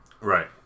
Right